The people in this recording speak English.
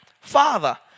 Father